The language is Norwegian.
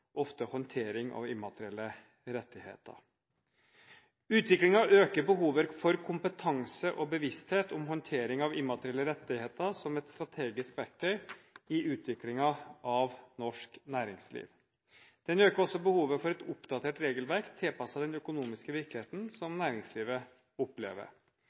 ofte håndtering av immaterielle rettigheter. Utviklingen øker behovet for kompetanse og bevissthet om håndtering av immaterielle rettigheter som et strategisk verktøy i utviklingen av norsk næringsliv. Den øker også behovet for et oppdatert regelverk tilpasset den økonomiske virkeligheten som næringslivet opplever.